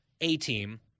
A-team